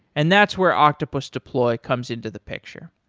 and that's where octopus deploy comes into the picture.